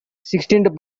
sixteenth